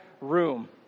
room